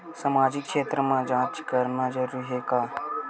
सामाजिक क्षेत्र म जांच करना जरूरी हे का?